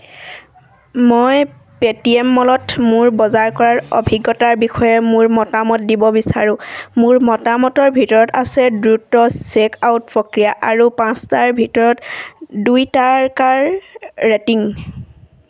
মই পেটিএম মলত মোৰ বজাৰ কৰাৰ অভিজ্ঞতাৰ বিষয়ে মোৰ মতামত দিব বিচাৰোঁ মোৰ মতামতৰ ভিতৰত আছে দ্ৰুত চেক আউট প্ৰক্ৰিয়া আৰু পাঁচটাৰ ভিতৰত দুই তাৰকাৰ ৰেটিং